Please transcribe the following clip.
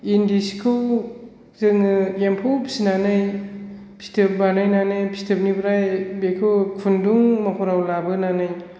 इन्दि सिखौ जोङो एम्फौ फिसिनानै फिथोब बानायनानै फिथोबनिफ्राय बेखौ खुन्दुं महराव लाबोनानै